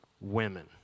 women